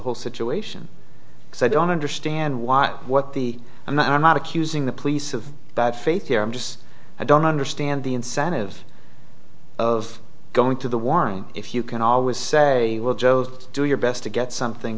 whole situation so i don't understand why what the and i'm not accusing the police of bad faith here i'm just i don't understand the incentive of going to the warrant if you can always say well joe's do your best to get something